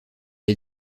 est